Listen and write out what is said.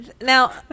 Now